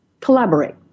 collaborate